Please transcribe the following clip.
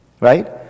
Right